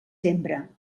sembra